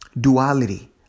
duality